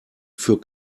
für